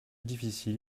difficile